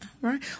right